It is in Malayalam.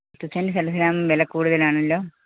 റ്റു സെന്റ് സലത്തിനാണ് വിലക്കൂടുതലാണല്ലോ